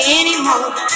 anymore